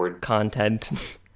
content